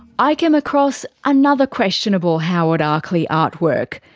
i came across another questionable howard arkley artwork.